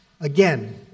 Again